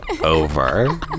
over